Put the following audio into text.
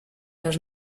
los